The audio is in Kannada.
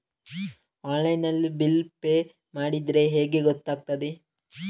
ಆನ್ಲೈನ್ ನಲ್ಲಿ ಬಿಲ್ ಪೇ ಮಾಡಿದ್ರೆ ಹೇಗೆ ಗೊತ್ತಾಗುತ್ತದೆ?